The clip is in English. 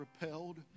repelled